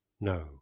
no